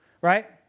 right